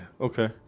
Okay